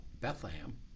Bethlehem